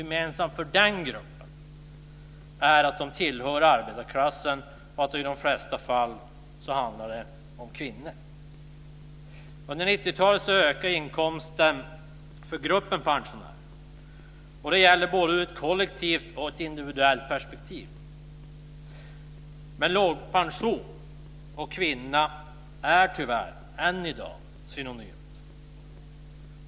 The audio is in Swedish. Gemensamt för den gruppen är att de tillhör arbetarklassen och att det i de flesta fall handlar om kvinnor. Under 90-talet ökade inkomsten för gruppen pensionärer både kollektivt och i ett individuellt perspektiv. Men låg pension och kvinna är tyvärr än i dag synonymt.